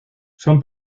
son